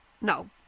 No